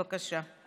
בבקשה.